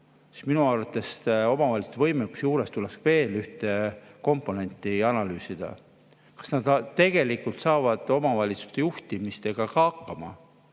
Minu arvates omavalitsuste võimekusega seoses tuleks veel ühte komponenti analüüsida: kas nad tegelikult saavad omavalitsuste juhtimistega hakkama,